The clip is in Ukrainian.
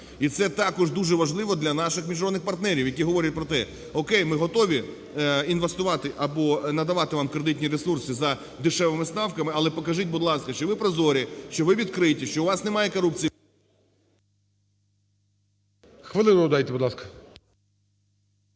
І це також дуже важливо для наших міжнародних партнерів, які говорять про те:о'кей, ми готові інвестувати або надавати вам кредитні ресурси за дешевими ставками, але покажіть, будь ласка, що ви прозорі, що ви відкриті, що у вас немає корупції. ГОЛОВУЮЧИЙ. Хвилину дайте, будь ласка.